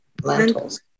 Lentils